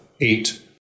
eight